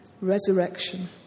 resurrection